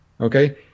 okay